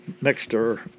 mixture